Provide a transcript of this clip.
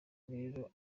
rero